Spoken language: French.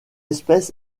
espèce